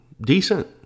decent